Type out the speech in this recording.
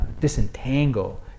disentangle